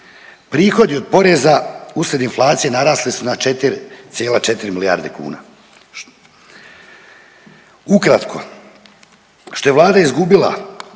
Prihodi od poreza usred inflacije narasli su na 4,4 milijarde kuna. Ukratko, što je Vlada izgubila